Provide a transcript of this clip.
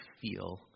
feel